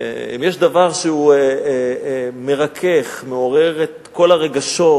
אם יש דבר שהוא מרכך, מעורר את כל הרגשות,